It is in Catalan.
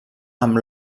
amb